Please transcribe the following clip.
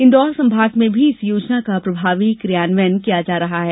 इंदौर संभाग में भी इस योजना का प्रभावी क्रियांवयन किया जा रहा हैं